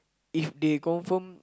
if they confirm